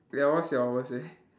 ya what's your worst way